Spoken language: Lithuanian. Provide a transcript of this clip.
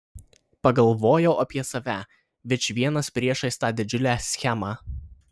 pagalvojau apie save vičvienas priešais tą didžiulę schemą